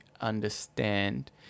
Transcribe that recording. understand